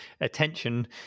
attention